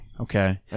Okay